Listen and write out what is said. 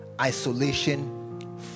Isolation